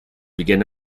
began